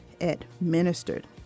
administered